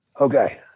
Okay